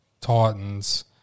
Titans